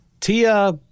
Tia